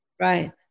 Right